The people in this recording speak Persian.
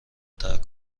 ترک